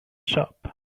shop